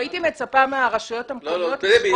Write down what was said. והייתי מצפה מהרשויות המקומיות --- דבי,